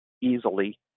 easily